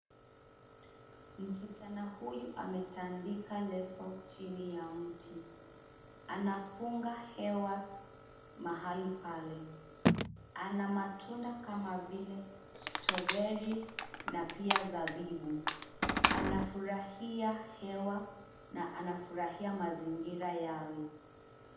Msichana huyu ametandika leso chini ya mti. Anapunga hewa mahali pale. Ana matunda kama vile strawberry na pia zabibu. Anafurahia hewa na anafurahia mazingira yale.